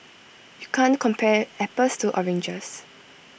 you can't compare apples to oranges